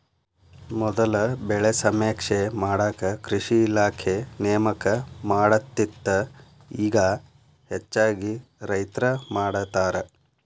ಮೊದಲ ಬೆಳೆ ಸಮೇಕ್ಷೆ ಮಾಡಾಕ ಕೃಷಿ ಇಲಾಖೆ ನೇಮಕ ಮಾಡತ್ತಿತ್ತ ಇಗಾ ಹೆಚ್ಚಾಗಿ ರೈತ್ರ ಮಾಡತಾರ